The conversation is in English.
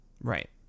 Right